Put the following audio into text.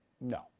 No